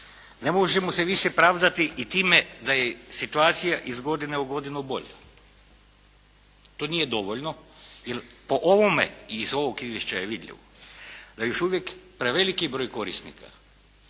ne možemo se više pravdati i time da je situacija iz godine u godinu bolja. To nije dovoljno, jer po ovome i iz ovog izvješća je vidljivo da još uvijek preveliki je broj korisnika